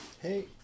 Hey